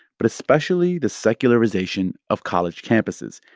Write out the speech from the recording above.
but especially the secularization of college campuses.